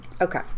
Okay